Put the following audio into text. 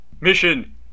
Mission